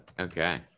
Okay